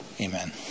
amen